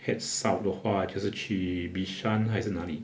head south 的话就是去 bishan 还是哪里